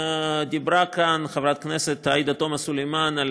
דיברה כאן חברת הכנסת עאידה תומא סלימאן על